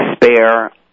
despair